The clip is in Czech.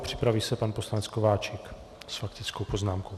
Připraví se pan poslanec Kováčik s faktickou poznámkou.